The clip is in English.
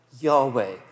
Yahweh